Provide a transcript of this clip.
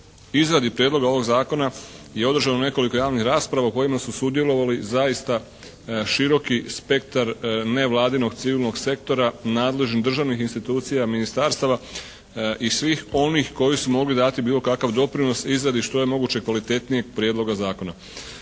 izradi prijedloga ovog zakona je održano nekoliko javnih rasprava u kojima su sudjelovali zaista široki spektar nevladinog civilnog sektora, nadležnih državnih institucija, ministarstava i svih onih koji su mogli dati bilo kakav doprinos izradi što je moguće kvalitetnijeg prijedloga zakona.